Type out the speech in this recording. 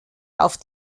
auf